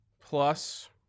plus